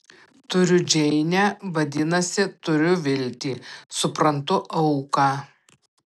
turiu džeinę vadinasi turiu viltį suprantu auką